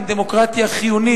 עם דמוקרטיה חיונית,